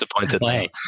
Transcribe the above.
disappointed